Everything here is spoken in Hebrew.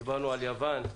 דיברנו על יוון,